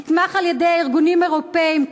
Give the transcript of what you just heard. נתמך על-ידי ארגונים אירופיים,